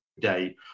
day